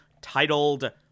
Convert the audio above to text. titled